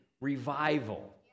revival